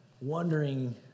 wondering